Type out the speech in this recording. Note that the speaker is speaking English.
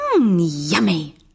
yummy